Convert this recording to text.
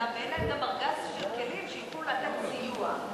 להם גם ארגז כלים שיכולים להביא סיוע.